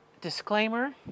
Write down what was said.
Disclaimer